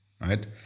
right